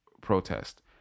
protest